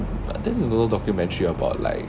but this is no documentary about like